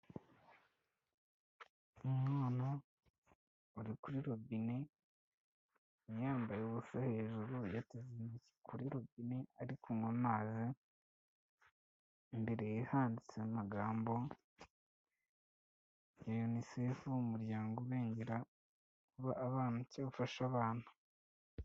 Umwana uri kuri robine, yambaye ubusa hejuru, yateze intoki kuri rubine ari kunywa amazi, imbere ye handitse amagambo ya UNICEF, umuryango urengera abana cyangwa ufashe abana.